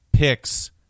picks